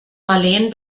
marleen